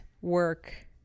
work